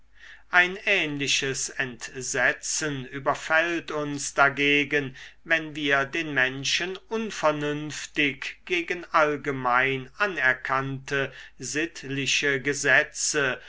ein ähnliches entsetzen überfällt uns dagegen wenn wir den menschen unvernünftig gegen allgemein anerkannte sittliche gesetze